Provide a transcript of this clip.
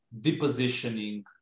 depositioning